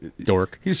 Dork